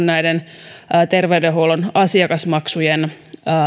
näiden terveydenhuollon asiakasmaksujen